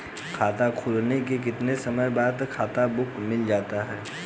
खाता खुलने के कितने समय बाद खाता बुक मिल जाती है?